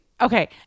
Okay